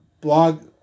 blog